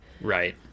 Right